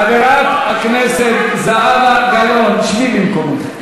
חברת הכנסת זהבה גלאון, שבי במקומך.